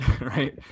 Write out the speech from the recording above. right